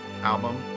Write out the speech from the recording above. album